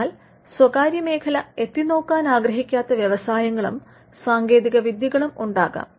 എന്നാൽ സ്വകാര്യമേഖല എത്തിനോക്കാൻ ആഗ്രഹിക്കാത്ത വ്യവസായങ്ങളും സാങ്കേതികവിദ്യകളും ഉണ്ടാകാം